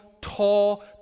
tall